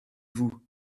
vous